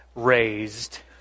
raised